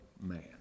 man